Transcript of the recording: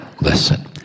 Listen